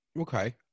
okay